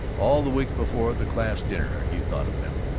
all the week before the class-dinner he thought of them.